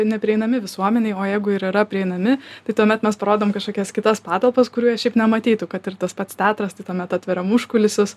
neprieinami visuomenei o jeigu ir yra prieinami tai tuomet mes parodom kažkokias kitas patalpas kurių jie šiaip nematytų kad ir tas pats teatras tai tuomet atveriam užkulisius